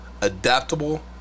adaptable